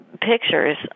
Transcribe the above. pictures